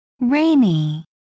Rainy